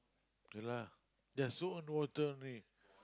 ya lah ya soak on water only